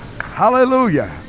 Hallelujah